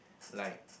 like